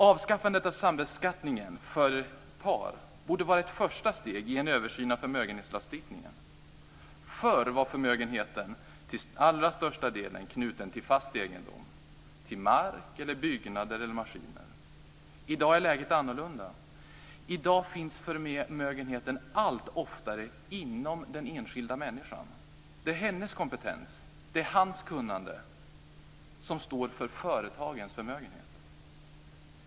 Avskaffandet av sambeskattningen för par borde vara ett första steg i en översyn av förmögenhetslagstiftningen. Förr var förmögenheten till allra största delen knuten till fast egendom, till mark, byggnader eller maskiner. I dag är läget annorlunda. I dag finns förmögenheten allt oftare inom den enskilda människan. Det är hennes kompetens, det är hans kunnande som står för företagens förmögenhet.